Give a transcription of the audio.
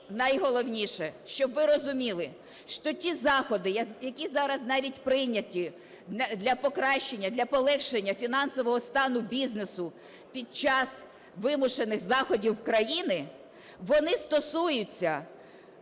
найголовніше, щоб ви розуміли, що ті заходи, які зараз навіть прийняті для покращення, для полегшення фінансового стану бізнесу під час вимушених заходів країни, вони стосуються